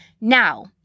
Now